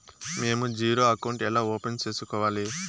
మేము zero account ఎలా open సేసుకోవాలి